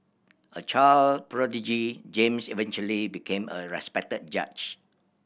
a child prodigy James eventually became a respected judge